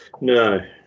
No